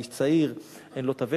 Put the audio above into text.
הוא איש צעיר, אין לו הוותק.